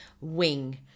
wing